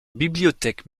bibliothèque